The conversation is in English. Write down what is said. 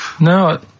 No